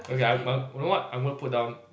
okay I'm you know what I'm gonna put down